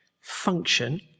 function